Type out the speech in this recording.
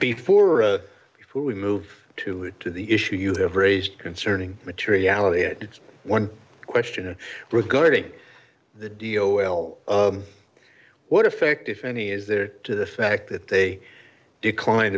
before for we move to to the issue you have raised concerning materiality had one question regarding the dio well what effect if any is there to the fact that they declined